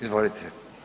Izvolite.